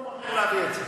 אין מקום אחר להעביר את זה.